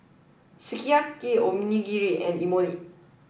Sukiyaki Onigiri and Imoni